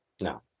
No